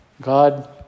God